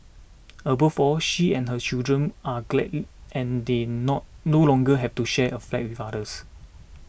above all she and her children are gladly and they not no longer have to share a flat with others